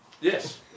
Yes